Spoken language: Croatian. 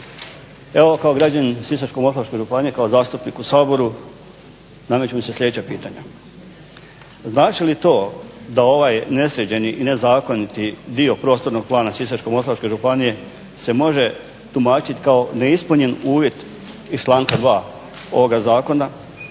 Evo, kao građanin Sisačko-moslavačke županije, kao zastupnik u Saboru nameću mi se sljedeća pitanja. Znači li to da ovaj nesređeni i nezakoniti dio prostornog plana Sisačko-moslavačke županije se može tumačiti kao neispunjen uvjet iz članka 2. ovoga Zakona